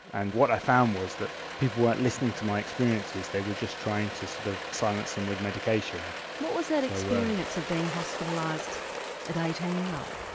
and what i found was that people weren't listening to my experiences, they were just trying to sort of silence them with medication. what was that experience of being hospitalised at eighteen like?